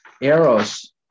Eros